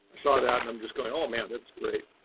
saw that and i'm just going, oh man, that's great.